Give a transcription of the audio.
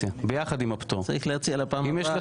לבחור את המועמד הטוב בעיניהם צריך להיות הערך המכריע